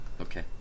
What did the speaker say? Okay